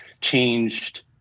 changed